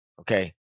Okay